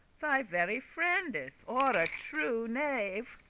thy very friendes, or a true knave,